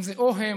אם זה או הם